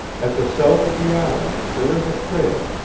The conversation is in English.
at the south of the island there is a trail,